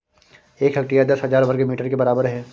एक हेक्टेयर दस हजार वर्ग मीटर के बराबर है